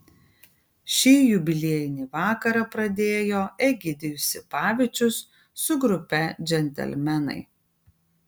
šį jubiliejinį vakarą pradėjo egidijus sipavičius su grupe džentelmenai